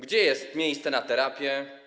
Gdzie jest miejsce na terapię?